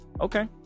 Okay